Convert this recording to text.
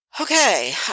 Okay